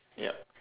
yup